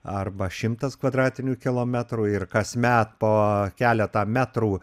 arba šimtas kvadratinių kilometrų ir kasmet po keletą metrų